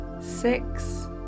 six